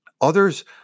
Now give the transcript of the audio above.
Others